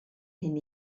hyn